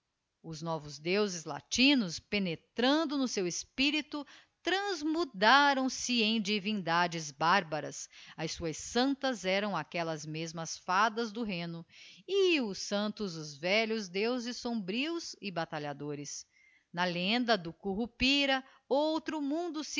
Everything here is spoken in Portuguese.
os novos deuses latinos penetrando no seu espirito transmudaram se em divindades barbaras as suas santas eram aquellas mesmas fadas do rheno e os santos os velhos deuses sombrios e batalhadores na lenda do currupira outro mundo